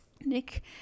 Nick